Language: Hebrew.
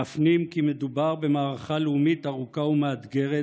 להפנים כי מדובר במערכה לאומית ארוכה ומאתגרת,